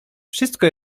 wszystko